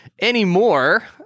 anymore